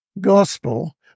Gospel